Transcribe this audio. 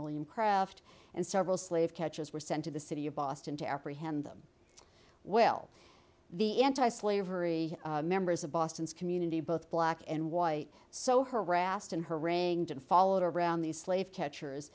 william craft and several slave catchers were sent to the city of boston to apprehend them well the anti slavery members of boston's community both black and white so harassed and harangued and followed around these slave catchers